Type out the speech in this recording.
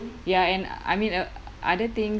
ya and I mean uh other things